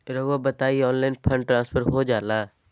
रहुआ बताइए online fund transfer हो जाला?